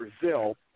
Brazil